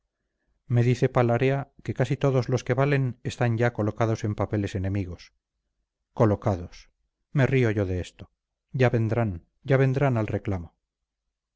me dice palarea que casi todos los que valen están ya colocados en papeles enemigos colocados me río yo de esto ya vendrán ya vendrán al reclamo